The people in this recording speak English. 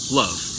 love